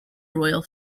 royal